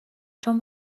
چون